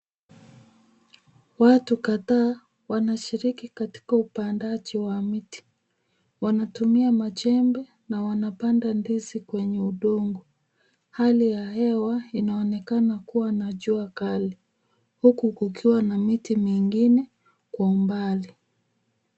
Watu kadhaa wanashiriki katika upandaji wa mti. Wanatumia majembe na wanapanda ndizi kwenye udongo. Hali ya hewa inaonekana kuwa na jua kali huku kukiwa na miti mingine kwa umbali.